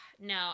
No